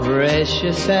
Precious